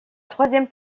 troisième